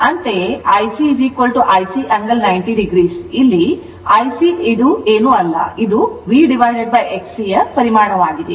ಅಂತೆಯೇ ICIC angle 90oIC ಏನೂ ಅಲ್ಲ ಇದು VXC ಪರಿಮಾಣವಾಗಿದೆ